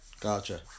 Gotcha